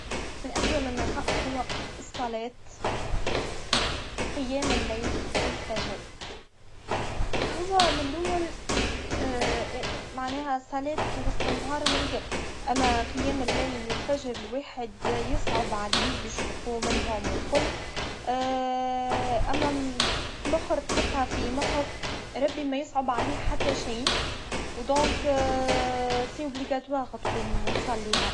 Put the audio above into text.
عندي ثلاثة أبناء عم، ونشوفهم بين وقت وآخر. كلما نتجمع العائلة، نحب نقضي وقت معاهُم ونتشارك الضحك والذكريات. العلاقة مع أبناء العمومة مهمة، وهي تعزز الروابط بين العائلات.